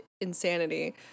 insanity